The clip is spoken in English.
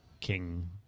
King